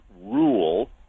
rule